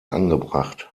angebracht